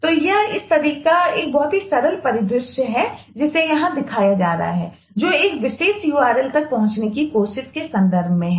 तो यह इस तरह का एक बहुत ही सरल परिदृश्य है जिसे यहाँ दिखाया जा रहा है जो एक विशेष url तक पहुँचने की कोशिश के संदर्भ में है